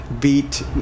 beat